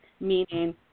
Meaning